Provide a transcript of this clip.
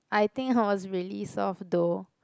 I think I was really soft though